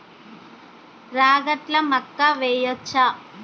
రాగట్ల మక్కా వెయ్యచ్చా?